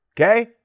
okay